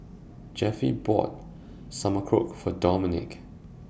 Jeffie bought Sauerkraut For Dominique